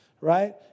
right